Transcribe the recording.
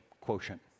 quotient